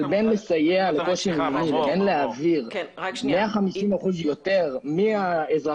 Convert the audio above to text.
אבל בין לסייע כשיש קושי מימוני לבין להעביר 150% יותר מהאזרחים